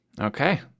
okay